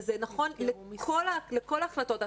וזה נכון לכל ההחלטות.